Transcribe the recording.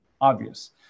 obvious